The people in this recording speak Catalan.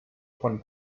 quan